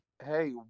Hey